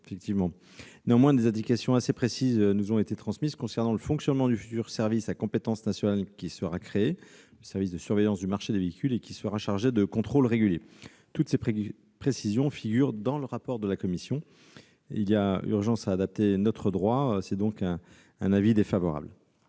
1 septembre 2020. Néanmoins, des indications assez précises m'ont été transmises concernant le fonctionnement du futur service à compétence nationale qui sera créé- le service de surveillance du marché des véhicules -et qui sera chargé de contrôles réguliers. Toutes ces précisions figurent dans le rapport de la commission. Il y a urgence à adapter notre droit : avis défavorable.